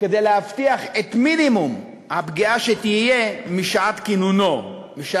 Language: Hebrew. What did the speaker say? כדי להבטיח שיהיה מינימום פגיעה משעת כינונו,